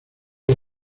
los